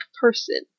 person